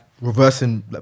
reversing